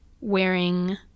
wearing